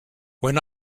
when